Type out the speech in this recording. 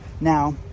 Now